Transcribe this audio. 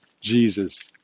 Jesus